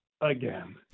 again